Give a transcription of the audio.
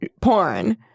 porn